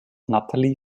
natalie